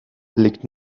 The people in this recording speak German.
liegt